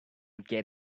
get